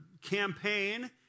campaign